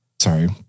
Sorry